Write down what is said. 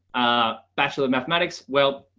a bachelor mathematics. well,